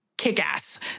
Kick-ass